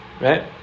Right